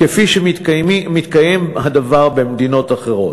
כפי שמתקיים הדבר במדינות אחרות.